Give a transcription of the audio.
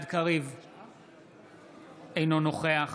אינו נוכח